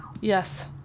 Yes